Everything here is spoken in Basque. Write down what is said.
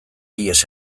ihes